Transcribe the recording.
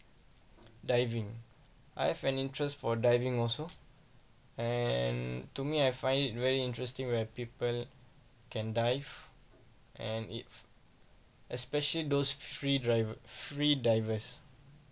diving I have an interest for diving also and to me I find it very interesting where people can dive and if especially those free drivers free divers